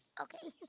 okay.